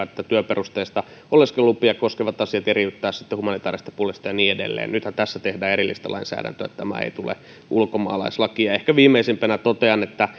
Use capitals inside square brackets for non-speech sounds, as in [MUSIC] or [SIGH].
[UNINTELLIGIBLE] että työperusteisia oleskelulupia koskevat asiat eriytettäisiin siitä humanitäärisestä puolesta ja niin edelleen nythän tässä tehdään erillistä lainsäädäntöä niin että tämä ei tue ulkomaalaislakia ehkä viimeisimpänä totean että [UNINTELLIGIBLE]